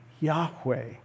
Yahweh